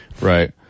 Right